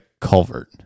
culvert